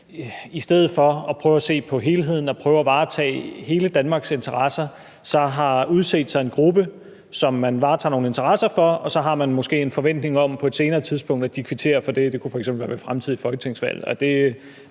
i stedet for at prøve at se på helheden og prøve at varetage hele Danmarks interesse, har udset sig en gruppe, som man varetager nogle interesser for, og så har man måske en forventning om på et senere tidspunkt, at de kvitterer for det. Det kunne f.eks. være ved fremtidige folketingsvalg.